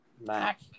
Mac